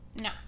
No